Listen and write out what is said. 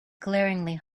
glaringly